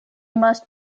must